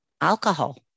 alcohol